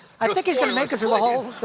i think he's going to make it the the whole